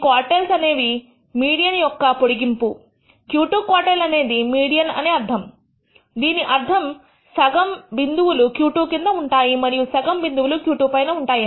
quartiles అనేవి median యొక్క పొడిగింపుQ2 అనేది మీడియన్ దీని అర్థం సగం బిందువులు Q2 కింద ఉంటాయి మరియు సగం బిందువులు Q2 పైన ఉంటాయి